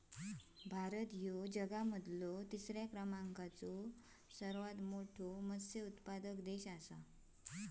भारत ह्यो जगा मधलो तिसरा क्रमांकाचो सर्वात मोठा मत्स्य उत्पादक देश आसा